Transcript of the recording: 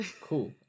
cool